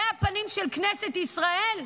אלה הפנים של כנסת ישראל?